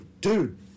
dude